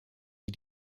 die